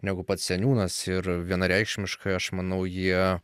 negu pats seniūnas ir vienareikšmiškai aš manau jie